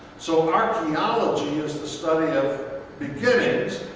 so archeology is the study of beginnings,